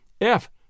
F